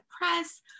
press